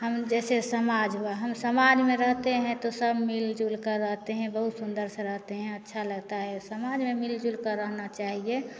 हम जैसे समाज हुआ हम समाज में रहते हैं तो सब मिलजुल कर रहते हैं बहुत सुंदर से रहते हैं अच्छा लगता है समाज में मिलजुल कर रहना चाहिए